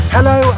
Hello